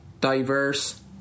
diverse